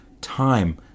time